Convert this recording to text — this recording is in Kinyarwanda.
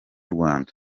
rwanda